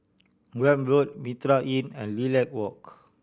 Welm Road Mitraa Inn and Lilac Walk